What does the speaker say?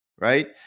Right